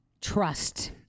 trust